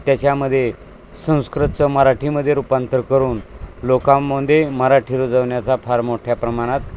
आणि त्याच्यामध्ये संस्कृतचं मराठीमध्ये रूपांतर करून लोकांमध्ये मराठी रुजवण्याचा फार मोठ्या प्रमाणात